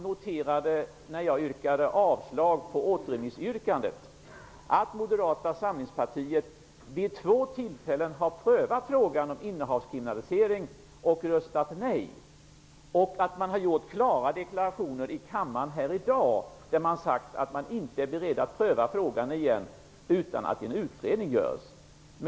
När jag yrkade avslag på återremissyrkandet hade jag noterat att Moderata samlingspartiet vid två tillfällen har prövat frågan om innehavskriminalisering och röstat nej. Man har också här i kammaren i dag gjort tydliga deklarationer om att man inte är beredd att pröva frågan igen utan att en utredning görs.